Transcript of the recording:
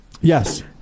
Yes